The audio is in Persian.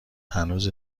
هنوز